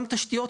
גם תשתיות,